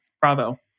bravo